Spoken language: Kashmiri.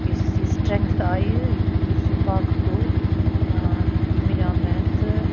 یُس یہِ سٹریٚنٛگتھ آیہِ یُس یہِ واقعہٕ گوٚو یہِ مِلیٚو مےٚ تہٕ